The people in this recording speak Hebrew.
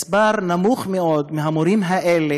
מספר קטן מאוד מהמורים האלה,